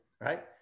right